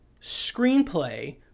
screenplay